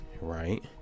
right